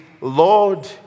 Lord